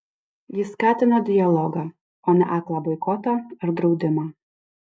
jis skatino dialogą o ne aklą boikotą ar draudimą